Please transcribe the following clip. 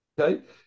Okay